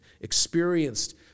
experienced